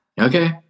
Okay